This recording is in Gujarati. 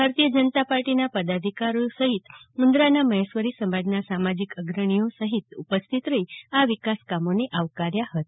ભારતીય જનતા પાર્ટીના પદાધિકારીઓ સહિત મુન્દ્રાના મહેશ્વરી સમાજના સામાજિક અગ્રણીઓ સહિત ઉપસ્થિત રહી આ વિકાસકામોને આવકાર્યા હતા